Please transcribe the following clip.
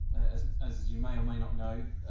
as as you may or may not know,